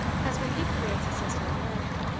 has been equally unsuccessful on earth,